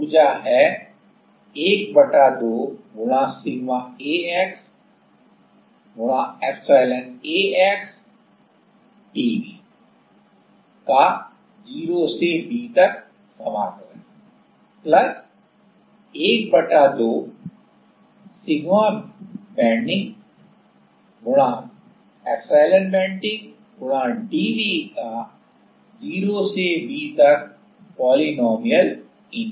strain energy है12 ⋅ sigma ax ⋅ epsilon ax ⋅dV का 0 से V तक integral 12 ⋅sigma bending ⋅ epsilon bending⋅ dV का 0 से V तक पॉलिनॉमियल इंटीग्रल